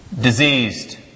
diseased